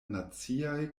naciaj